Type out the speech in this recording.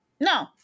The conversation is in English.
no